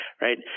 right